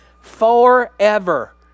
Forever